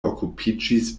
okupiĝis